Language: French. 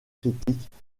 critiques